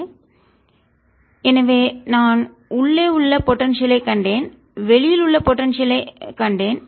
Vrr2ρdr0rr≥r rρdr0r≤r எனவே நான் உள்ளே உள்ள போடன்சியல் ஐ கண்டேன் வெளியில் உள்ள போடன்சியல் ஐ கண்டேன்